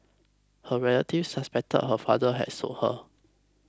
her relatives suspected her father had sold her